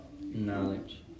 knowledge